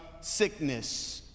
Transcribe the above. sickness